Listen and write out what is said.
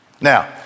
Now